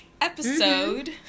episode